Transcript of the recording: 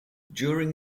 during